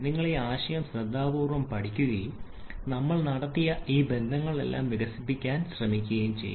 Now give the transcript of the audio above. നിങ്ങൾ ഈ ആശയം ശ്രദ്ധാപൂർവ്വം പഠിക്കുകയും നമ്മൾ നടത്തിയ ഈ ബന്ധങ്ങളെല്ലാം വികസിപ്പിക്കാൻ ശ്രമിക്കുക